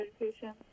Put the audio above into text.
education